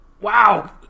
Wow